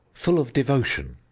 full of devotion,